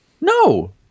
No